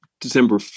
December